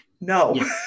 no